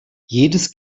jedes